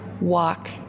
walk